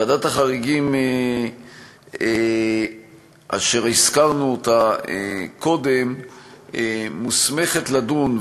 ועדת החריגים אשר הזכרנו אותה קודם מוסמכת לדון,